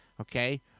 okay